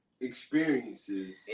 experiences